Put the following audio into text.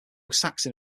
saxon